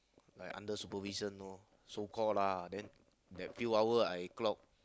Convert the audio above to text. like under supervision know so call lah then that few hour I clock